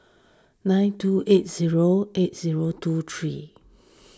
nine two eight zero eight zero two three